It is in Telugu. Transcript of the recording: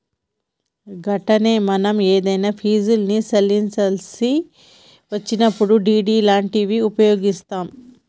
గట్లనే మనం ఏదన్నా ఫీజుల్ని చెల్లించాల్సి వచ్చినప్పుడు డి.డి లాంటివి ఉపయోగిస్తాం